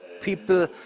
people